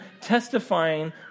testifying